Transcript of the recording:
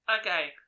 Okay